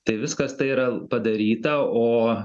tai viskas tai yra padaryta o